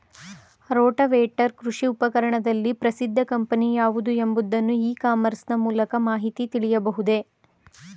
Rotavator ಕೃಷಿ ಉಪಕರಣದಲ್ಲಿ ಪ್ರಸಿದ್ದ ಕಂಪನಿ ಯಾವುದು ಎಂಬುದನ್ನು ಇ ಕಾಮರ್ಸ್ ನ ಮೂಲಕ ಮಾಹಿತಿ ತಿಳಿಯಬಹುದೇ?